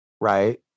right